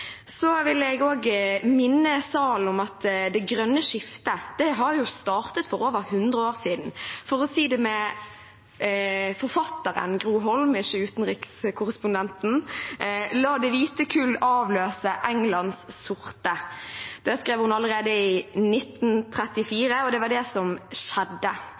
at det grønne skiftet startet for over 100 år siden. For å si det med forfatteren Gro Holm, ikke utenrikskorrespondenten: «La de hvite kull avløse Englands sorte.» Det skrev hun allerede i 1936, og det var det som skjedde,